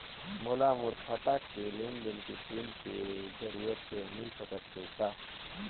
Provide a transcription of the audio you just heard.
मोला मोर खाता के लेन देन के प्रिंट के जरूरत हे मिल सकत हे का?